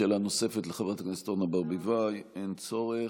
שאלה נוספת לחברת הכנסת אורנה ברביבאי, אין צורך.